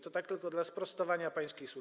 To tak tylko dla sprostowania pańskich słów.